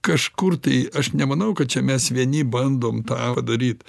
kažkur tai aš nemanau kad čia mes vieni bandom tą padaryt